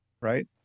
right